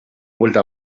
buelta